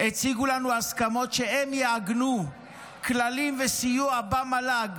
הציגו לנו הסכמות שהן יעגנו כללים וסיוע במל"ג